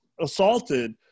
assaulted